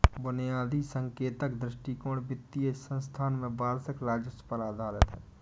बुनियादी संकेतक दृष्टिकोण वित्तीय संस्थान के वार्षिक राजस्व पर आधारित है